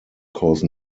cause